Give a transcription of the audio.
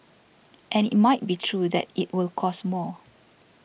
and it might be true that it will cost more